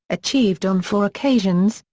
achieved on four occasions,